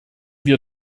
wir